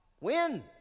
Win